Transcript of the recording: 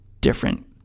different